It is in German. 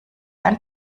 ein